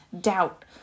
doubt